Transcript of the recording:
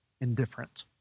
Indifferent